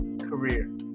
career